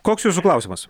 koks jūsų klausimas